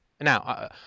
Now